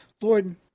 Lord